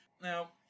Now